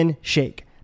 Shake